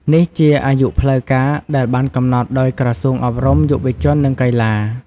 នេះជាអាយុផ្លូវការដែលបានកំណត់ដោយក្រសួងអប់រំ យុវជន និងកីឡា។